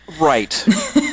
Right